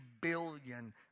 billion